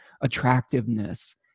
attractiveness